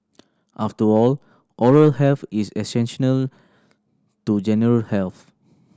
after all oral health is essential to general health